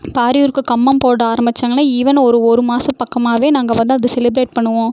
பாரியூர்க்கு கம்பம்போட ஆரம்மிச்சாங்கன்னால் ஈவென் ஒரு ஒரு மாதம் பக்கமாகவே நாங்கள் வந்து அதை செலிபிரேட் பண்ணுவோம்